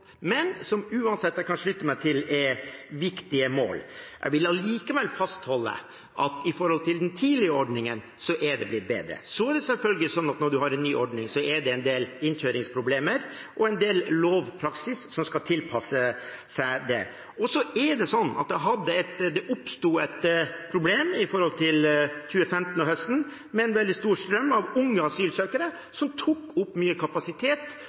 men som jeg uansett kan slutte meg til er viktige mål. Jeg vil allikevel fastholde at i forhold til den tidligere ordningen er det blitt bedre. Når man har en ny ordning, er det en del innkjøringsproblemer og en del lovpraksis som skal tilpasse seg den. Det oppsto et problem høsten 2015 med en veldig stor strøm av unge asylsøkere, som tok opp mye kapasitet.